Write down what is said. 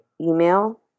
email